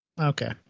Okay